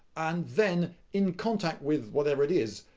and then in contact with whatever it is,